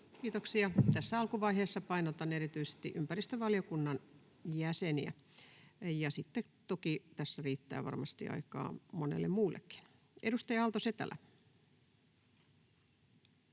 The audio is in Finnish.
Kiitoksia. — Tässä alkuvaiheessa painotan erityisesti ympäristövaliokunnan jäseniä, ja toki tässä sitten riittää varmasti aikaa monelle muullekin. — Edustaja Aalto-Setälä.